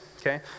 okay